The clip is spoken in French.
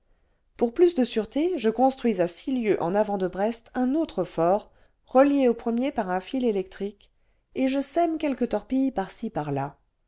pour plus de sûreté je construis à six lieues en avant de brest un autre fort relié au premier par un fil électrique et je sème quelques torpilles par-ci par-là